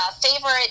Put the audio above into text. favorite